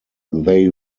they